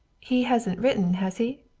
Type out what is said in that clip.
he hasn't written, has he?